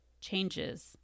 changes